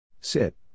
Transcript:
Sit